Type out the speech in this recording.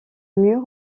mur